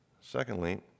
Secondly